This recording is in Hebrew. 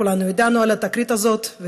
כולנו ידענו על התקרית הזאת,